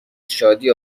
شادی